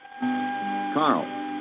Carl